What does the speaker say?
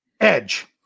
Edge